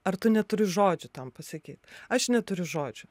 ar tu neturi žodžių tam pasakyt aš neturiu žodžių